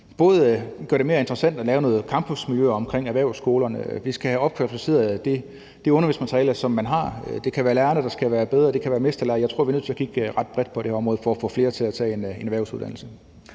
skal gøre det mere interessant ved at lave noget campusmiljø omkring erhvervsskolerne. Vi skal have opkvalificeret det undervisningsmateriale, som man har. Det kan være lærerne, der skal være bedre. Det kan være mesterlære, der skal til. Jeg tror, at vi er nødt til at kigge bredt på det her område for at få flere til at tage en erhvervsuddannelse.